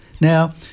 Now